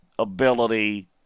ability